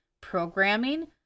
programming